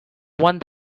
one